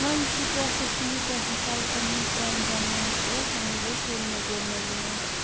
وۄنۍ یُس یہِ پرٛاسٮ۪سِنٛگ یُٹٮ۪نسَلسَن ہُنٛد پرٛانہِ زَمانُک اوس تَمہِ وِزِ ٲسۍ ہُرِ میٚژ وُرِ میٚژ دِوان تہٕ